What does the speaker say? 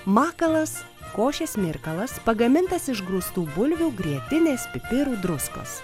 makalas košės mirkalas pagamintas iš grūstų bulvių grietinės pipirų druskos